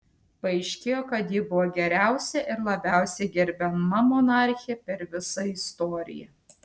paaiškėjo kad ji buvo geriausia ir labiausiai gerbiama monarchė per visą istoriją